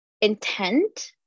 intent